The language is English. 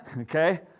Okay